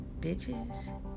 bitches